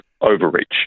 overreach